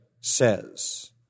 says